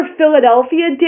Philadelphia